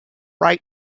right